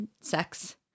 sex